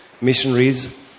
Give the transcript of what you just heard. missionaries